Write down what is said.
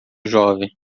jovem